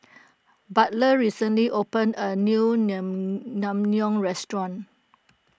Butler recently opened a new Naengmyeon restaurant